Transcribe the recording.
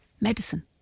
medicine